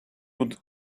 would